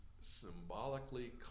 symbolically